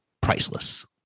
priceless